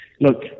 Look